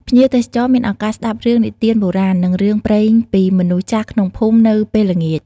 ភ្ញៀវទេសចរមានឱកាសស្តាប់រឿងនិទានបូរាណ និងរឿងព្រេងពីមនុស្សចាស់ក្នុងភូមិនៅពេលល្ងាច។